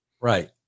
Right